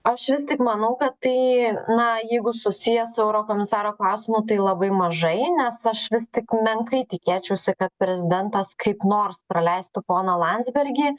aš vis tik manau kad tai na jeigu susiję su eurokomisaro klausimu tai labai mažai nes aš vis tik menkai tikėčiausi kad prezidentas kaip nors praleistų poną landsbergį